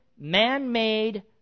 man-made